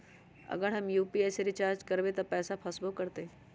अगर हम यू.पी.आई से रिचार्ज करबै त पैसा फसबो करतई?